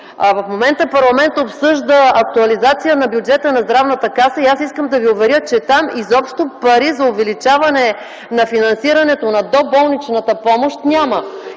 В момента парламентът обсъжда актуализация на бюджета на Здравната каса и аз искам да Ви уверя, че там изобщо пари за увеличаване на финансирането на доболничната помощ няма.